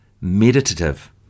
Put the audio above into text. meditative